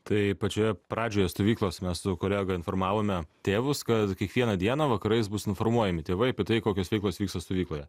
tai pačioje pradžioje stovyklos mes su kolega informavome tėvus kad kiekvieną dieną vakarais bus informuojami tėvai apie tai kokios veiklos vyksta stovykloje